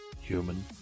human